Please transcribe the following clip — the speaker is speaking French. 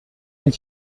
une